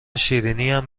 شیرینیم